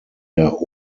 der